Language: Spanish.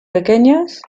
pequeñas